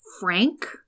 Frank